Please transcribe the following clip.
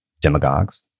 demagogues